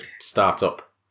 start-up